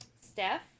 Steph